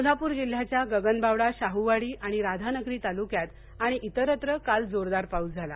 कोल्हापूर जिल्ह्याच्या गगनबावडा शाहूवाडी आणि राधानगरी तालुक्यांत आणि इतरत्र काल जोरदार पाऊस झाला